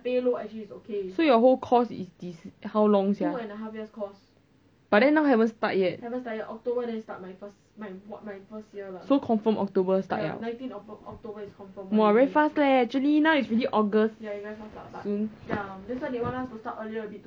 so your whole course is 几 how long sia but then now haven't start yet so confirm october start liao !wah! very fast leh actually now is already august soon